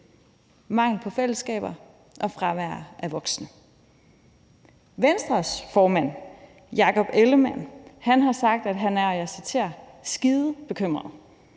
Mangel på fællesskaber og fravær af voksne. Venstres formand, Jakob Ellemann-Jensen, har sagt, at han er – og jeg